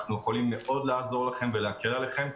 אנחנו יכולים לעזור לכם מאוד ולהקל עליכם.